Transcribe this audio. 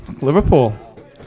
Liverpool